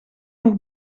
nog